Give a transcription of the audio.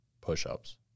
push-ups